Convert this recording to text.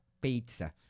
pizza